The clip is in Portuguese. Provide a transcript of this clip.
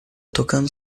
tocando